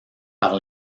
par